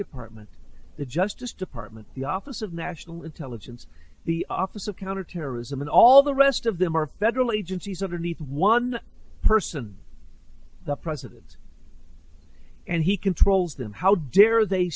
department the justice department the office of national intelligence the office of counterterrorism and all the rest of them are federal agencies underneath one person the president and he controls them how dare they